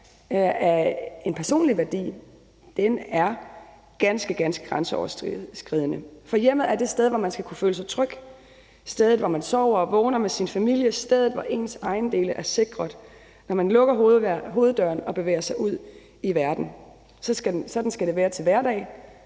af personlig værdi, er ganske, ganske grænseoverskridende, for hjemmet er det sted, hvor man skal kunne føle sig tryg – stedet, hvor man sover og vågner med sin familie, stedet, hvor ens ejendele er sikret, når man lukker hoveddøren og bevæger sig ud i verden. Sådan skal det være til hverdag,